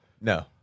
No